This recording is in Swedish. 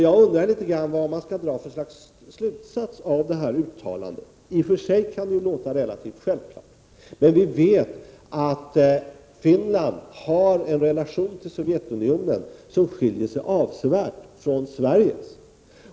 Jag undrar vilka slutsatser man skall dra av detta uttalande. I och för sig kan det låta relativt självklart. Men vi vet att Finland har en relation till Sovjetunionen som skiljer sig avsevärt från Sveriges.